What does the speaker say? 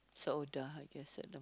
is older I guess at the~